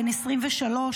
בן 23,